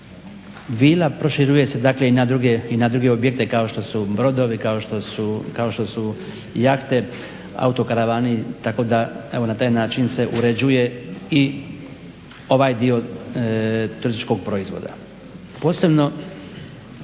vila, proširuje se i na druge objekte kao što su brodovi, kao što su jahte, autokaravani, tako da evo na taj način se uređuje i ovaj dio turističkog proizvoda. Posebno